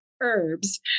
herbs